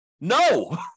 No